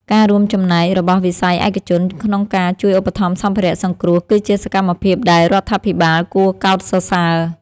ការរួមចំណែករបស់វិស័យឯកជនក្នុងការជួយឧបត្ថម្ភសម្ភារៈសង្គ្រោះគឺជាសកម្មភាពដែលរដ្ឋាភិបាលគួរកោតសរសើរ។